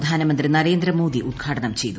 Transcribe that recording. പ്രധാനമന്ത്രി നരേന്ദ്ര മോദി ഉദ്ഘാടനം ചെയ്തു